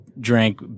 drank